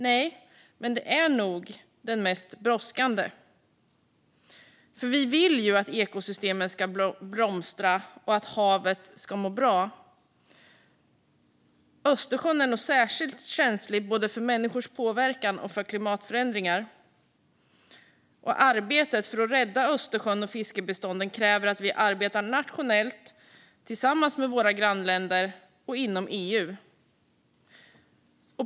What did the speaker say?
Nej, men det är nog den mest brådskande. Vi vill ju att ekosystemet ska blomstra och att havet ska må bra. Östersjön är särskilt känslig både för människors påverkan och för klimatförändringar. Arbetet för att rädda Östersjön och fiskbestånden kräver att vi arbetar nationellt, tillsammans med våra grannländer och inom EU.